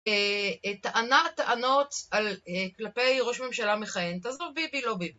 טענה טענות כלפי ראש ממשלה מכהן, תעזוב ביבי, לא ביבי.